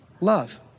love